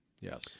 Yes